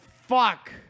fuck